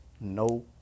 no